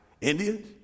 Indians